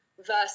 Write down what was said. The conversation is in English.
versus